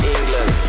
England